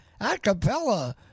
acapella